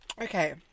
Okay